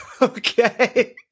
Okay